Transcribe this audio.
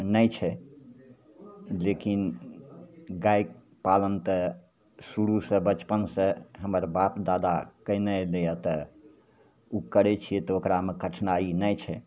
नहि छै लेकिन गाइ पालन तऽ शुरूसे बचपनसे हमर बाप दादा कएने अएलैए तऽ ओ करै छिए तऽ ओकरामे कठिनाइ नहि छै